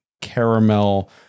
caramel